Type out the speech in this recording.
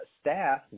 staff